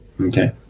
Okay